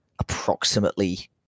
approximately